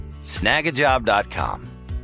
snagajob.com